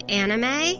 anime